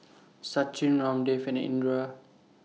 Sachin Ramdev and Indira